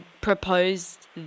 proposed